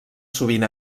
sovint